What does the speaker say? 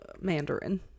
Mandarin